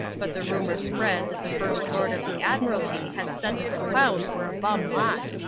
but the rumour spread that the first lord of the admiralty had said that the clowns were a bum lot.